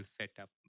setup